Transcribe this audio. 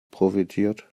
profitiert